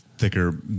Thicker